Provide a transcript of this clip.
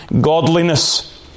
godliness